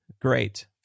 Great